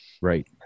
Right